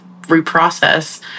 reprocess